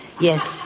Yes